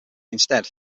instead